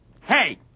hey